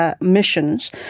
missions